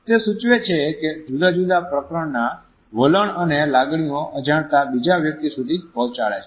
તે સૂચવે છે કે જુદા જુદા પ્રકારનાં વલણ અને લાગણીઓ અજાણતાં બીજા વ્યક્તિ સુધી પહોંચાડે છે